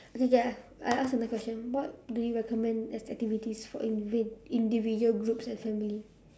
okay K I I ask another question what do you recommend as activities for indiv~ individual groups and family